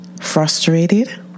frustrated